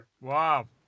Wow